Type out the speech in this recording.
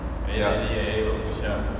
ya